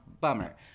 Bummer